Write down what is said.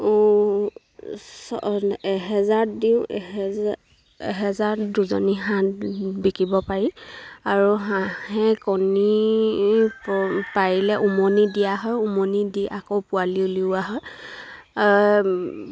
এ এহেজাৰত দিওঁ এহেজা এহেজাৰত দুজনী হাঁহ বিকিব পাৰি আৰু হাঁহে কণী পাৰিলে উমনি দিয়া হয় উমনি দি আকৌ পোৱালি উলিওৱা হয়